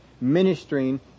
ministering